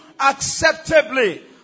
acceptably